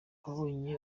ababonye